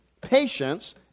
patience